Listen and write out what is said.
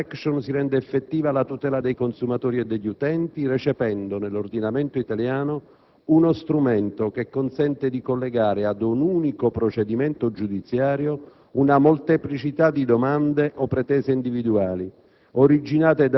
Con essa si rende effettiva la tutela dei consumatori e degli utenti, recependo nell'ordinamento italiano uno strumento che consente di collegare ad un unico procedimento giudiziario una molteplicità di domande o pretese individuali